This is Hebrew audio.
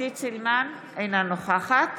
אינה נוכחת